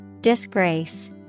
Disgrace